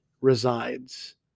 resides